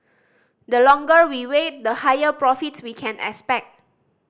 the longer we wait the higher profits we can expect